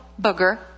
booger